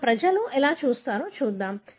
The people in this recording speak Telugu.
మనం ప్రజలు ఎలా చేస్తారో చూద్దాం